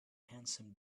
handsome